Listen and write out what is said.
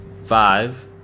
five